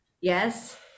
Yes